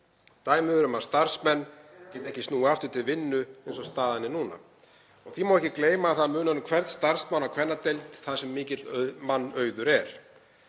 Dæmi eru um að starfsmenn geti ekki snúið aftur til vinnu eins og staðan er núna. Því má ekki gleyma að það munar um hvern starfsmann á kvennadeild þar sem mikill mannauður er.